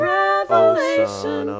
revelation